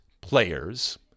players—